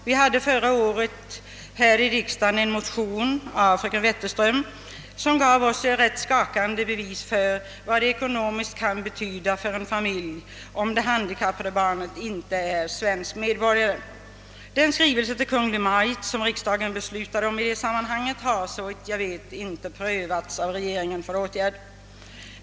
Vi hade förra året här i riksdagen en motion av fröken Wetterström, som gav oss ett rätt skakande bevis för vad det ekonomiskt kan betyda för en familj, om det handikappade barnet inte är svensk medborgare. Den skrivelse till Kungl. Maj:t som riksdagen beslutade om i detta sammanhang har såvitt jag vet ännu inte prövats av regeringen för åtgärd.